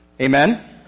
Amen